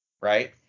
right